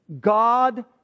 God